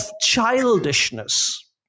childishness